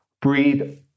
Breathe